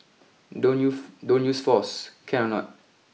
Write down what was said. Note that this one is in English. don't use don't use force can or not